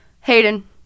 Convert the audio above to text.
Hayden